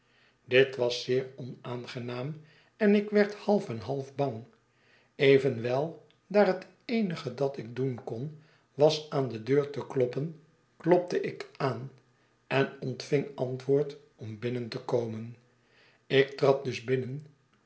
dit was zeer onaangenaam en ikwerdhalfen half bang evenwel daar het eenige dat ik doen kon was aan de deur te kloppen klopte ik aan en ontving antwoord om binnen te komen ik trad dus binnen